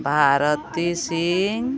Bharati Singh